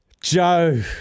Joe